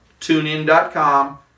tunein.com